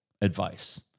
advice